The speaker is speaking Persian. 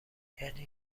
یعنی